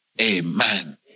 Amen